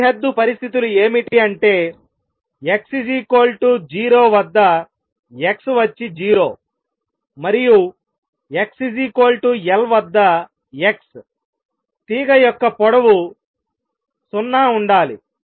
సరిహద్దు పరిస్థితులు ఏమిటి అంటే x 0 వద్ద X వచ్చి 0 మరియు x L వద్ద Xతీగ యొక్క పొడవు 0 ఉండాలి